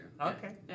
Okay